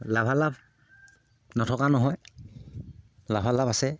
লাভালাভ নথকা নহয় লাভালাভ আছে